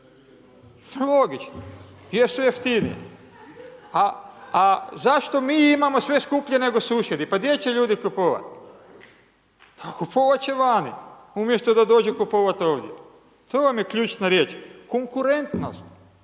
Logično, jer su jeftiniji. Zašto mi imamo sve skuplje nego susjedi, pa gdje će ljudi kupovati? Kupovati će vani, umjesto da dođu kupovati ovdje. To vam je ključna riječ, konkurentnost.